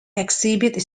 exhibits